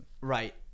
Right